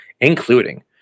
including